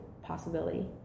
possibility